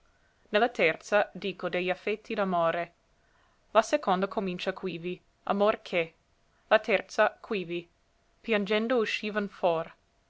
la terza dico de gli effetti d'amore la seconda comincia quivi amor che la terza quivi piangendo uscivan for